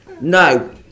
No